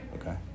Okay